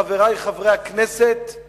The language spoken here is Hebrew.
חברי חברי הכנסת,